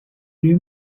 you